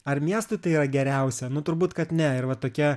ar miestui tai yra geriausia turbūt kad ne ir va tokie